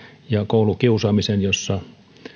ja koulukiusaamiseen jossa